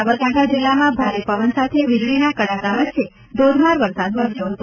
સાબરકાંઠા જિલ્લામાં ભારે પવન સાથે વીજળીના કડાકા વચ્ચે ધોધમાર વરસાદ વરસ્યો હતો